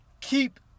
keep